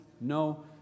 no